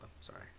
Sorry